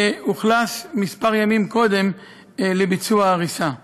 שאוכלס כמה ימים קודם לביצוע ההריסה.